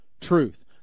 Truth